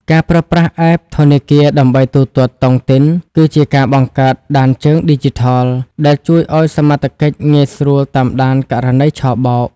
ការប្រើប្រាស់ App ធនាគារដើម្បីទូទាត់តុងទីន គឺជាការបង្កើត "ដានជើងឌីជីថល" ដែលជួយឱ្យសមត្ថកិច្ចងាយស្រួលតាមដានករណីឆបោក។